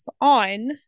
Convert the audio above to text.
on